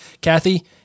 Kathy